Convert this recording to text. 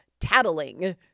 tattling